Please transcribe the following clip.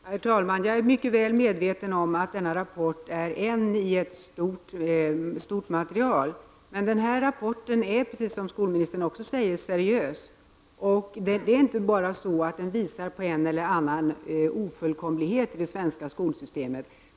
Herr talman! Jag är mycket väl medveten om att denna rapport är en i ett stort material. Men rapporten är, som skolministern säger, seriös och visar inte bara på en eller annan ofullkomlighet i det svenska skolsystemet.